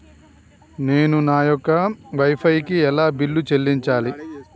నేను నా యొక్క వై ఫై కి ఎలా బిల్లు చెల్లించాలి?